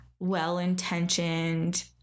well-intentioned